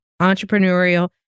entrepreneurial